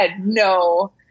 no